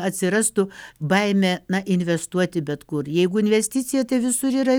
atsirastų baimė investuoti bet kur jeigu investicija tai visur yra